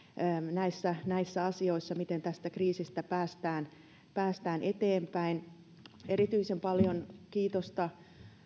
näissä näissä asioissa miten tästä kriisistä päästään päästään eteenpäin erityisen paljon kiitosta